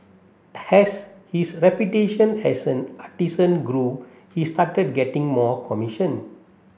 has his reputation as an artisan grew he started getting more commission